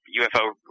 UFO